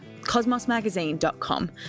cosmosmagazine.com